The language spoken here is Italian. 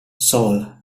sol